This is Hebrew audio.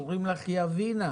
קוראים לך יבינה.